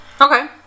Okay